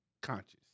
conscious